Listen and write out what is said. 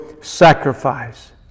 sacrifice